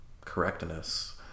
correctness